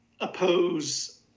oppose